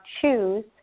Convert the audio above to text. choose